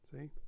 See